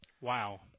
Wow